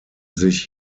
sich